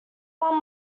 one